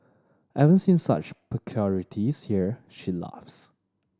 I haven't seen such peculiarities here she laughs